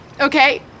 Okay